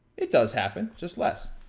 it does happen, just less.